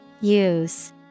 Use